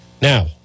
Now